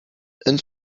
and